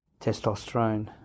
testosterone